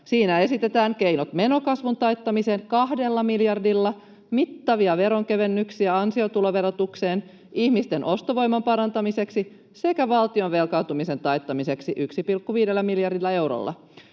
Siinä esitetään keinot menokasvun taittamiseen kahdella miljardilla, mittavia veronkevennyksiä ansiotuloverotukseen ihmisten ostovoiman parantamiseksi sekä toimia valtion velkaantumisen taittamiseksi 1,5 miljardilla eurolla.